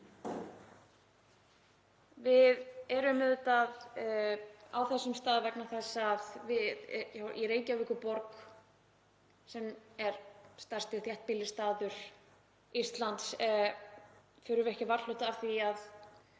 Við erum auðvitað á þessum stað vegna þess að í Reykjavíkurborg, sem er stærsti þéttbýlisstaður Íslands, förum við ekki varhluta af því að